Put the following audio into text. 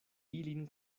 ilin